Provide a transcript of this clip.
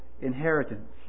inheritance